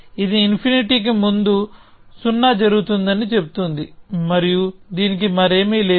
ఇది ఇన్ఫినిటీకి ముందు 0 జరుగుతుందని చెబుతుంది మరియు దీనికి మరేమీ లేదు